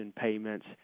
payments